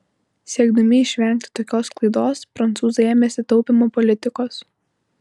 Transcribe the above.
siekdami išvengti tokios klaidos prancūzai ėmėsi taupymo politikos